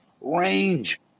range